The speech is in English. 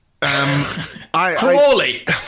Crawley